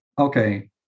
okay